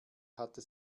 hatte